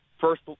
first